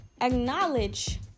acknowledge